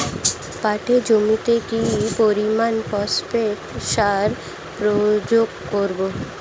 পাটের জমিতে কি পরিমান ফসফেট সার প্রয়োগ করব?